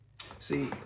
See